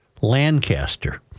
Lancaster